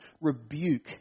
rebuke